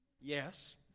Yes